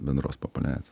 bendros populiacijos